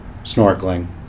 snorkeling